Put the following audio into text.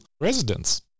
residents